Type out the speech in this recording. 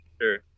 Sure